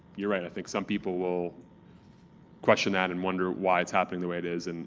you're right, i think some people will question that and wonder why it's happening the way it is, and